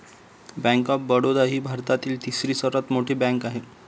bank of Baroda ही भारतातील तिसरी सर्वात मोठी बँक आहे